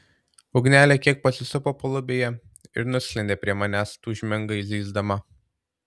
ugnelė kiek pasisupo palubėje ir nusklendė prie manęs tūžmingai zyzdama